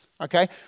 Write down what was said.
okay